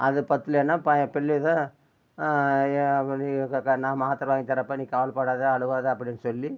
அது பத்தலேன்னா இப்போ பிள்ளைங்கள் ஏன் நீ நான் மாத்திர வாங்கி தரேன்ப்பா நீ கவலைப்படாத அழுவாதே அப்படின்னு சொல்லி